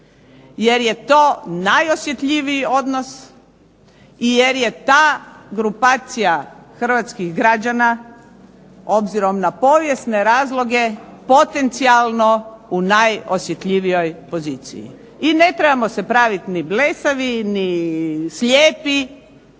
jer je to najosjetljiviji odnos i jer je ta grupacija hrvatskih građana, obzirom na povijesne razloge, potencijalno u najosjetljivijoj poziciji. I ne trebamo se praviti ni blesavi ni slijepi